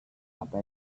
apa